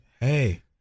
Hey